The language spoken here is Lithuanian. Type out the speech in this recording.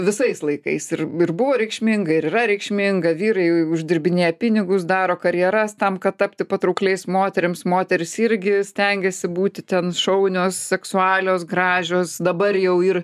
visais laikais ir ir buvo reikšminga ir yra reikšminga vyrai uždirbinėja pinigus daro karjeras tam kad tapti patraukliais moterims moterys irgi stengiasi būti ten šaunios seksualios gražios dabar jau ir